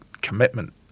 commitment